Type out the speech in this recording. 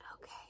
Okay